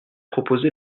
proposé